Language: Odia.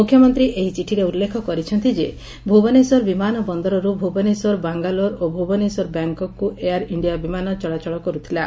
ମୁଖ୍ୟମନ୍ତୀ ଏହି ଚିଠିରେ ଉଲ୍ଲେଖ କରିଛନ୍ତି ଯେ ଭୁବନେଶ୍ୱର ବିମାନବନ୍ଦରରୁ ଭୁବନେଶ୍ୱର ବାଙ୍ଗାଲୋର ଓ ଭୁବନେଶ୍ୱର ବ୍ୟାଙ୍କକ୍କୁ ଏୟାର ଇଣ୍ଡିଆ ବିମାନ ଚଳାଚଳ କର୍ତିଲା